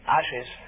ashes